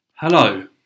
Hello